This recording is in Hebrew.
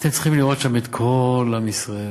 והייתם צריכים לראות שם את כל עם ישראל,